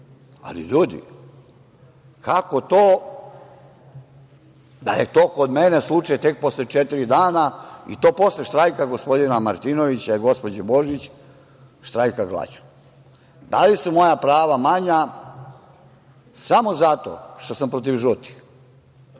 ali kako to da je to kod mene slučaj tek posle četiri dana, i to posle štrajka glađu gospodina Martinovića i gospođe Božić? Da li su moja prava manja samo zato što sam protiv žutih?